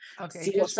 okay